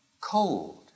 cold